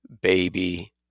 baby